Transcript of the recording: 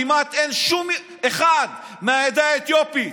כמעט אין אף אחד מהעדה האתיופית.